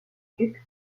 duc